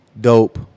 Dope